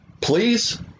Please